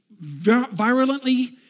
virulently